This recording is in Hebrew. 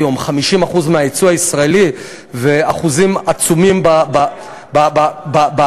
50% מהיצוא הישראלי ואחוזים עצומים בהכנסה,